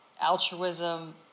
altruism